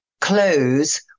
clothes